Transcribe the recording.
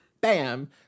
bam